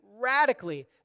radically